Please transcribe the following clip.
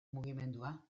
mugimendua